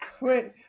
Wait